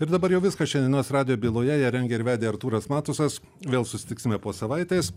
ir dabar jau viskas šiandienos radijo byloje ją rengė ir vedė artūras matusas vėl susitiksime po savaitės